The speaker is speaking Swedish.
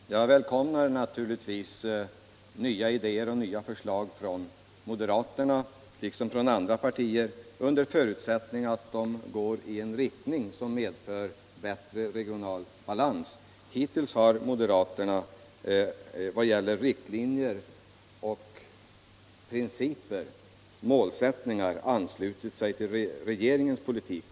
Herr talman! Jag välkomnar naturligtvis nya idéer och förslag från moderaterna liksom från andra partier under förutsättning att de går i en riktning som medför bättre regional balans. Hittills har moderaterna i vad gäller riktlinjer, principer och målsättningar anslutit sig till regeringens politik.